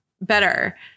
better